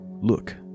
look